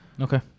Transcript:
Okay